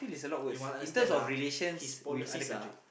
you must understand ah his policies ah